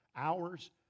Hours